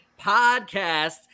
podcast